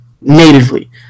natively